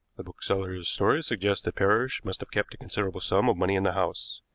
bookseller's story suggests that parrish must have kept a considerable sum of money in the house.